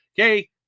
Okay